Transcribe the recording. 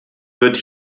wird